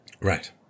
Right